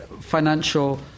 financial